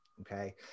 Okay